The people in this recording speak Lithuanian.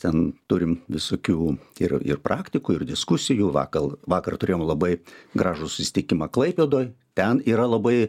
ten turim visokių ir ir praktikų ir diskusijų vakar vakar turėjome labai gražų susitikimą klaipėdoj ten yra labai